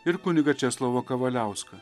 ir kunigą česlovą kavaliauską